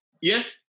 Yes